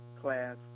class